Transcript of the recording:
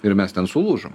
ir mes ten sulūžom